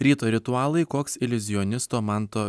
ryto ritualai koks iliuzionisto manto